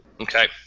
Okay